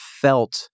felt